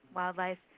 wildlife,